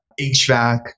HVAC